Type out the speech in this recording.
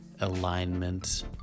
alignment